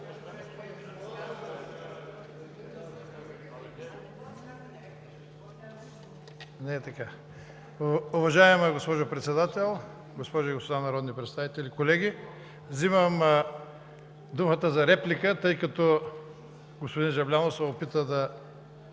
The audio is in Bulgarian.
(ГЕРБ): Уважаема госпожо Председател, госпожи и господа народни представители, колеги! Взимам думата за реплика, тъй като господин Жаблянов се опита да